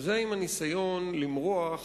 וזה עם הניסיון למרוח